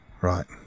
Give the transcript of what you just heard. right